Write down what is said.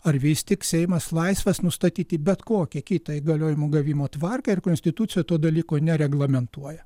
ar vis tik seimas laisvas nustatyti bet kokią kitą įgaliojimų gavimo tvarką ir konstitucija to dalyko nereglamentuoja